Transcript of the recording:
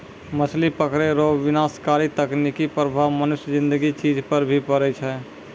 मछली पकड़ै रो विनाशकारी तकनीकी प्रभाव मनुष्य ज़िन्दगी चीज पर भी पड़ै छै